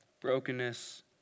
brokenness